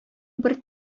бер